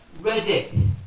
ready